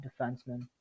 defenseman